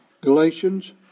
Galatians